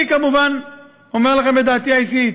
אני, כמובן, אומר לכם את דעתי האישית: